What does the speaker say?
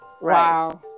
wow